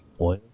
Oil